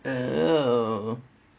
oh